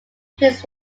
plays